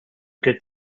good